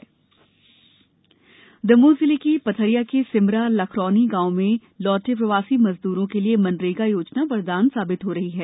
मनरेगा वरदान दमोह जिले के पथरिया के सेमरा लखरौनी गांव में लौटे प्रवासी मजद्रों के लिए मनरेगा योजना वरदान साबित हो रही है